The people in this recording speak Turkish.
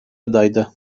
adaydı